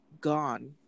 gone